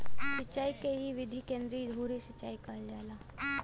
सिंचाई क इ विधि के केंद्रीय धूरी सिंचाई कहल जाला